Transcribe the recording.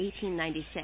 1896